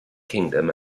kingdom